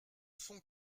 fond